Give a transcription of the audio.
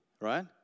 Right